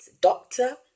doctor